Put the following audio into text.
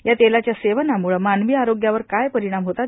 या तेलाच्या सेवनामुळे मानवी आरोग्यावर काय परिणाम होतात